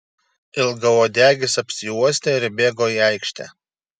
ilgauodegis apsiuostė ir įbėgo į aikštę